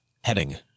Heading